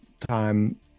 time